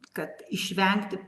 kad išvengti